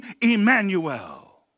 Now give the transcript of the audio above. Emmanuel